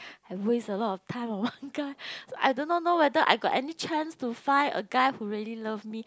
have waste a lot of time on one guy so I do not know whether I got any chance to find a guy who really love me